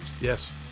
Yes